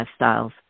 Lifestyles